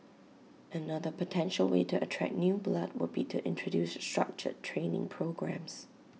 another potential way to attract new blood would be to introduce structured training programmes